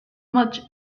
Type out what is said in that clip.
much